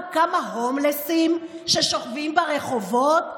עוד כמה הומלסים ששוכבים ברחובות?